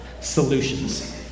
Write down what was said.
solutions